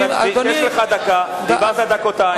יש לך דקה, דיברת דקתיים.